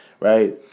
right